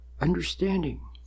understanding